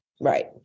Right